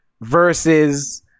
versus